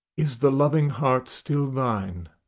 is the loving heart still thine?